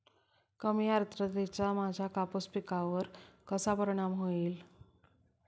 कमी आर्द्रतेचा माझ्या कापूस पिकावर कसा परिणाम होईल?